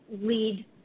lead